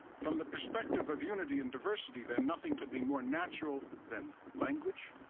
from the perspective of unity and diversity, then nothing could be more natural than language.